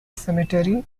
cemetery